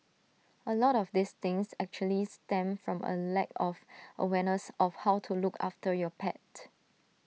A lot of these things actually stem from A lack of awareness of how to look after your pet